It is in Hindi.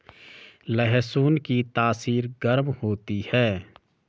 लहसुन की तासीर गर्म होती है